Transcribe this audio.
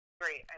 great